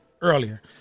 earlier